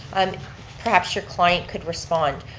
um perhaps your client could respond.